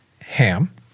ham